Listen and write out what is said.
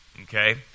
okay